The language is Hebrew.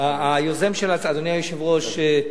אדוני היושב-ראש,